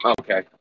Okay